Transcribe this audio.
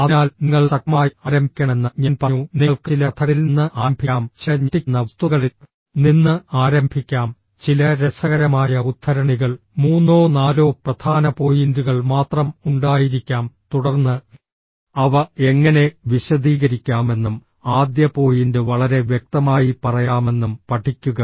അതിനാൽ നിങ്ങൾ ശക്തമായി ആരംഭിക്കണമെന്ന് ഞാൻ പറഞ്ഞു നിങ്ങൾക്ക് ചില കഥകളിൽ നിന്ന് ആരംഭിക്കാം ചില ഞെട്ടിക്കുന്ന വസ്തുതകളിൽ നിന്ന് ആരംഭിക്കാം ചില രസകരമായ ഉദ്ധരണികൾ മൂന്നോ നാലോ പ്രധാന പോയിന്റുകൾ മാത്രം ഉണ്ടായിരിക്കാം തുടർന്ന് അവ എങ്ങനെ വിശദീകരിക്കാമെന്നും ആദ്യ പോയിന്റ് വളരെ വ്യക്തമായി പറയാമെന്നും പഠിക്കുക